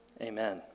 Amen